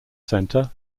center